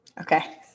Okay